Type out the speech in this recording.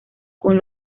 con